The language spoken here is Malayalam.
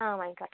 ആ ആയിക്കോട്ടെ